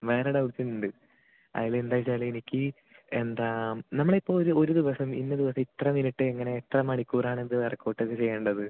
വേറെ ഡൗട്ട്സ് ഉണ്ട് അതിൽ എന്താ വച്ചാൽ എനിക്ക് എന്താ നമ്മളിപ്പം ഒരു ഒരു ദിവസം ഇന്ന ദിവസം ഇത്ര മിനിറ്റ് എങ്ങനെ എത്ര മണിക്കൂറാണ് ഇത് വർക്കൗട്ട് ഒക്കെ ചെയ്യേണ്ടത്